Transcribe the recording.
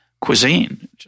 cuisine